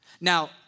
Now